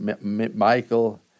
Michael